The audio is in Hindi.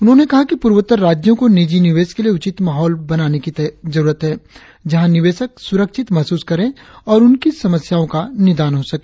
उन्होंने कहा कि पूर्वोत्तर राज्यों को निजी निवेश के लिए उचित माहौल बनाने की जरुरत है जहां निवेशक सुरक्षित महसूस करे और उनकी समस्याओं का निदान हो सके